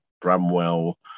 Bramwell